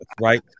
right